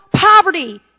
Poverty